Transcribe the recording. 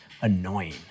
annoying